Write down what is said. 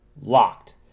Locked